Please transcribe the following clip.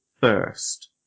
first